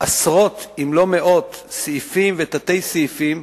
עשרות אם לא מאות סעיפים ותת-סעיפים